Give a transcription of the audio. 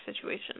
situation